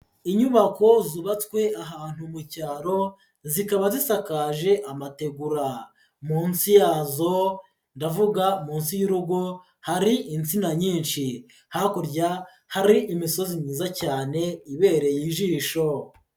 Inyubako zubatswe ahantu mu cyaro, zikaba zisakaje amategura. Munsi yazo, ndavuga munsi y'urugo, hari insina nyinshi, hakurya hari imisozi myiza cyane ibereye ijisho.